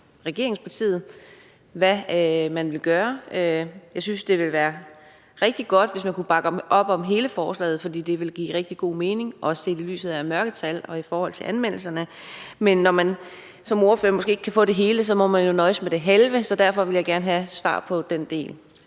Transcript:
regeringspartiet på, hvad man vil gøre. Jeg synes, det ville være rigtig godt, hvis man kunne bakke op om hele forslaget, fordi det ville give rigtig god mening, også set i lyset af mørketal og af anmeldelserne, men når man som ordfører ikke kan få det hele, må man jo nøjes med det halve, så derfor vil jeg gerne have svar på